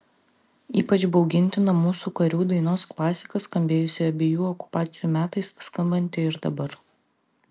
ypač baugintina mūsų karių dainos klasika skambėjusi abiejų okupacijų metais skambanti ir dabar